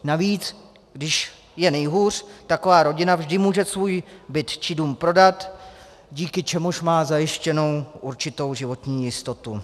Navíc když je nejhůř, taková rodina vždy může svůj byt či dům prodat, díky čemuž má zajištěnu určitou životní jistotu.